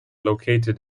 located